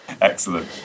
Excellent